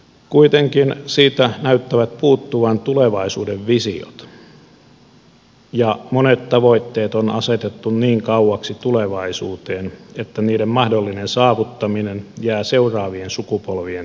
kuitenkin siitä näyttävät puuttuvan tulevaisuuden visiot ja monet tavoitteet on asetettu niin kauaksi tulevaisuuteen että niiden mahdollinen saavuttaminen jää seuraavien sukupolvien tehtäväksi